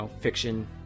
Fiction